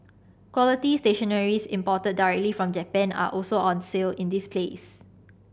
quality stationery's imported directly from Japan are also on sale in this place